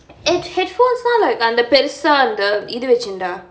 headphones னா:naa like அந்த பெருசா அந்த இது வச்சிக்கிட்டா:antha perusaa antha ithu vachikkittaa